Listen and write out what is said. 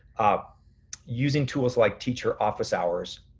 ah using tools like teacher office hours,